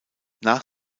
nach